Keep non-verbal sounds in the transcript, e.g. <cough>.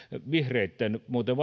vihreitten vaihtoehtobudjetissa muuten <unintelligible>